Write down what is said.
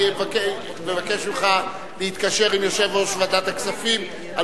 אני מבקש ממך להתקשר ליושב-ראש ועדת הכספים על